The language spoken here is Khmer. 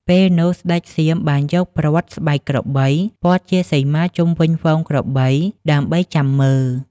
ពេលនោះ ស្ដេចសៀមបានយកព្រ័ត្រស្បែកក្របីព័ទ្ធជាសីមាជុំវិញហ្វូងក្របីដើម្បីចាំមើល។